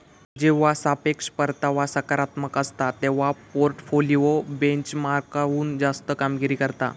जेव्हा सापेक्ष परतावा सकारात्मक असता, तेव्हा पोर्टफोलिओ बेंचमार्कहुन जास्त कामगिरी करता